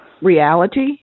reality